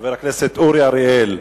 חבר הכנסת אורי אריאל,